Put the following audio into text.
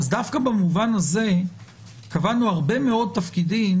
אז דווקא במובן הזה קבענו הרבה מאוד תפקידים